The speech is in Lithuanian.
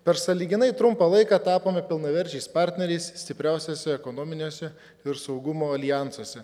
per sąlyginai trumpą laiką tapome pilnaverčiais partneriais stipriausiose ekonominiuose ir saugumo aljansuose